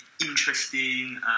interesting